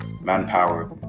manpower